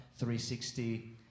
360